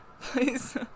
Please